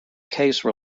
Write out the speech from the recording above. case